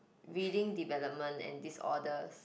reading development and disorders